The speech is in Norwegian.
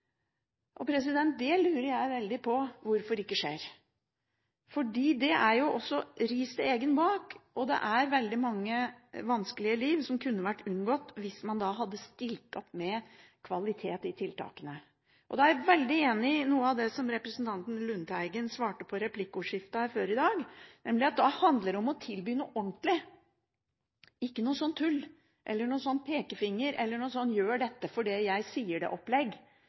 lurer veldig på hvorfor det ikke skjer, fordi det er også ris til egen bak, og det er veldig mange vanskelige liv som kunne vært unngått hvis man da hadde stilt opp med kvalitet i tiltakene. Jeg er veldig enig i noe av det som representanten Lundteigen svarte i et replikkordskifte her før i dag, nemlig at da handler det om å tilby noe ordentlig, ikke noe tull eller pekefinger eller «gjør dette fordi jeg sier det»-opplegg. Man må ta utgangspunkt i hva er det disse unge menneskene – hvis det